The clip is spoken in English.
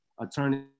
Attorney